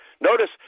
Notice